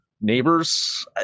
neighbors